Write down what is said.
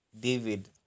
David